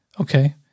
Okay